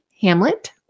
Hamlet